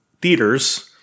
theaters